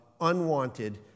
unwanted